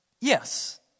yes